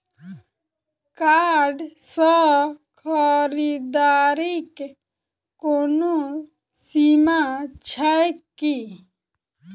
Card सँ खरीददारीक कोनो सीमा छैक की?